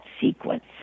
sequence